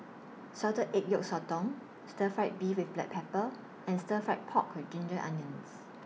Salted Egg Yolk Sotong Stir Fried Beef with Black Pepper and Stir Fried Pork with Ginger Onions